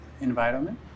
environment